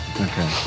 Okay